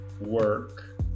work